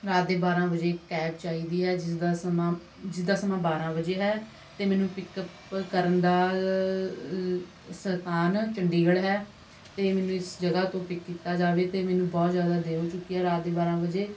ਰਾਤ ਦੇ ਬਾਰ੍ਹਾਂ ਵਜੇ ਇੱਕ ਕੈਬ ਚਾਹੀਦੀ ਆ ਜਿਸਦਾ ਸਮਾਂ ਜਿਸਦਾ ਸਮਾਂ ਬਾਰ੍ਹਾਂ ਵਜੇ ਹੈ ਅਤੇ ਮੈਨੂੰ ਪਿਕਅਪ ਕਰਨ ਦਾ ਸਥਾਨ ਚੰਡੀਗੜ੍ਹ ਹੈ ਅਤੇ ਮੈਨੂੰ ਇਸ ਜਗ੍ਹਾ ਤੋਂ ਪਿਕ ਕੀਤਾ ਜਾਵੇ ਅਤੇ ਮੈਨੂੰ ਬਹੁਤ ਜ਼ਿਆਦਾ ਦੇਰ ਹੋ ਚੁੱਕੀ ਆ ਰਾਤ ਦੇ ਬਾਰ੍ਹਾਂ ਵਜੇ